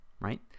right